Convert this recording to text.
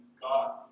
God